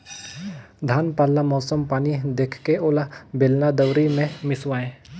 धान पान ल मउसम पानी देखके ओला बेलना, दउंरी मे मिसवाए